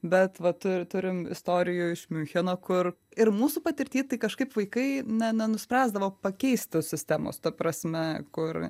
bet vat turim istorijų iš miuncheno kur ir mūsų patirty tai kažkaip vaikai ne nenuspręsdavo pakeist tos sistemos ta prasme kur